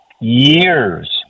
years